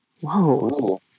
Whoa